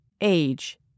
age